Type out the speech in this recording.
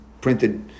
printed